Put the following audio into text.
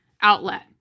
outlet